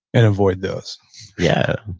and avoid those yeah,